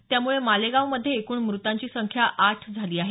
त्यामुळे मालेगावमध्ये एकूण मृतांची संख्या आठ झाली आहे